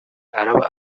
araba